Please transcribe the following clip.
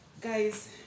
Guys